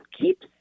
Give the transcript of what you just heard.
keeps